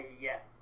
yes